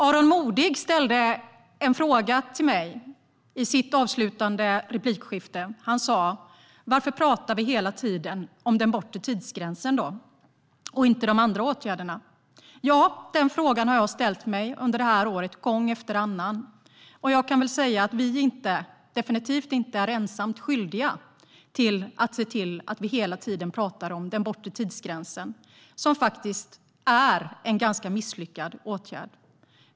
Aron Modig ställde en fråga till mig i sitt avslutande replikskifte. Han undrade varför vi hela tiden talar om den bortre tidsgränsen och inte de andra åtgärderna. Ja, den frågan har jag ställt mig gång efter annan under det här året. Jag kan väl säga att vi är definitivt inte ensamt skyldiga till att vi hela tiden talar om den bortre tidsgränsen, som faktiskt är en ganska misslyckad åtgärd.